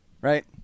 right